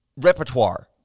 repertoire